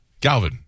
Galvin